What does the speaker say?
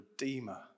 Redeemer